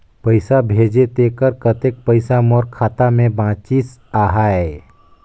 पइसा भेजे तेकर कतेक पइसा मोर खाता मे बाचिस आहाय?